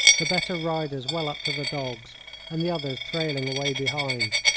the better riders well up to the dogs and the others trailing away behind.